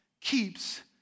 keeps